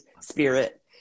spirit